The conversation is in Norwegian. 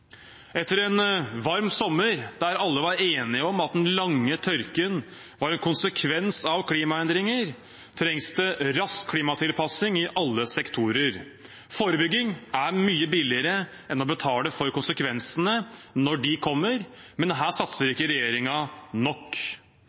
Etter en varm sommer der alle var enige om at den lange tørken var en konsekvens av klimaendringer, trengs det rask klimatilpasning i alle sektorer. Forebygging er mye billigere enn å betale for konsekvensene når de kommer, men her satser ikke regjeringen nok.